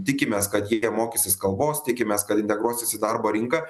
tikimės kad jie mokysis kalbos tikimės kad integruosis į darbo rinką